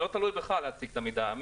אנחנו